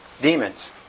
demons